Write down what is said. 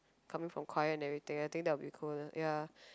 coming from choir and everything I think that would be cool ya